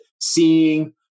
seeing